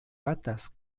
batas